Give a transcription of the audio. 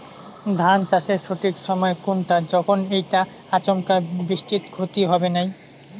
ধান চাষের সঠিক সময় কুনটা যখন এইটা আচমকা বৃষ্টিত ক্ষতি হবে নাই?